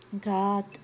God